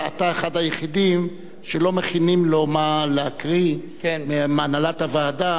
אתה אחד היחידים שלא מכינים לו מה להקריא מהנהלת הוועדה.